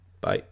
Bye